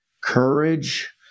courage